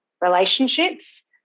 relationships